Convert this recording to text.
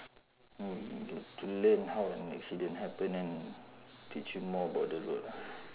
to learn how an accident happen and teach you more about the road ah